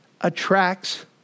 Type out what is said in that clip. attracts